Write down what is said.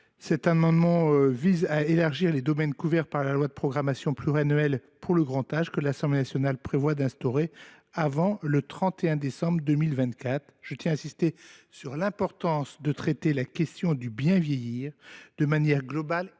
Cet amendement vise à élargir les domaines couverts par la loi de programmation pluriannuelle pour le grand âge que l’Assemblée nationale prévoit d’inscrire à son ordre du jour avant le 31 décembre 2024. J’insiste sur l’importance de traiter la question du bien vieillir de manière globale et transversale.